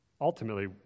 Ultimately